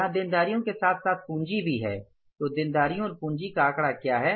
यहाँ देनदारियों के साथ साथ पूंजी भी है तो देनदारियों और पूंजी का आंकड़ा क्या है